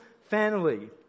family